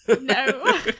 no